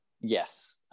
Yes